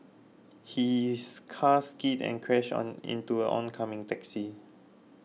his car skidded and crashed on into an oncoming taxi